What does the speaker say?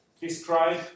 describe